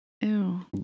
Ew